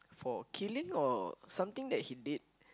for killing or something that he did